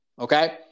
Okay